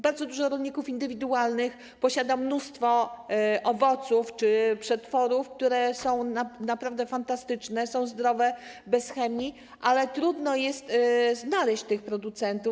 Bardzo wielu rolników indywidualnych posiada mnóstwo owoców czy przetworów, które są naprawdę fantastyczne, zdrowe, bez chemii, ale trudno jest znaleźć tych producentów.